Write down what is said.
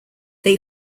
they